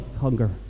hunger